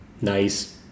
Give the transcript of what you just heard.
nice